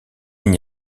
n’y